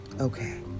Okay